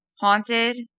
Haunted